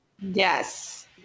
yes